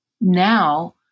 now